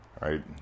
right